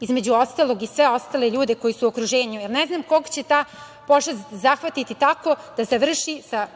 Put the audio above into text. između ostalog, i sve ostale ljude koji su okruženju, jer ne znam koga će ta pošast zahvatiti tako da završi sa